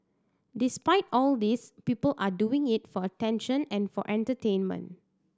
despite all these people are doing it for attention and for entertainment